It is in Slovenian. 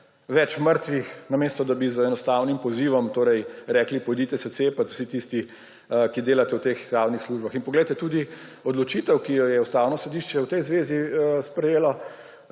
več mrtvih, namesto da bi z enostavnim pozivom rekli, pojdite se cepit vsi tisti, ki delate v teh javnih službah. In poglejte, tudi odločitev, ki jo je Ustavno sodišče v tej zvezi sprejelo,